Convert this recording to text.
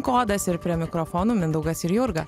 kodas ir prie mikrofonų mindaugas ir jurga